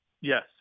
Yes